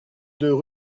deux